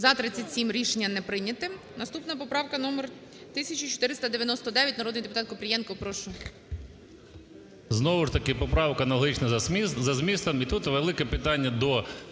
За-37 Рішення не прийняте. Наступна поправка номер 1499. Народний депутат Купрієнко, прошу. 16:31:22 КУПРІЄНКО О.В. Знову ж таки поправка аналогічна за змістом. І тут велике питання до